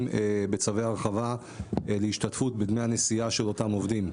בצווי הרחבה בהשתתפות בדמי הנסיעה של אותם עובדים.